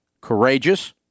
courageous